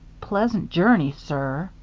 pleasant journey, sir,